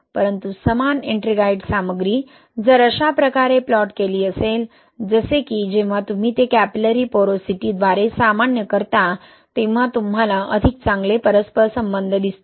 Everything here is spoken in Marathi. परंतु समान एट्रिंगाइट सामग्री जर अशा प्रकारे प्लॉट केली असेल जसे की जेव्हा तुम्ही ते कैपिलरी पोरोसिटी द्वारे सामान्य करता तेव्हा तुम्हाला अधिक चांगले परस्परसंबंध दिसतो